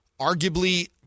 arguably